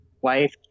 wife